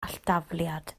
alldafliad